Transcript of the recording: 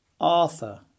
Arthur